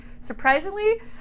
Surprisingly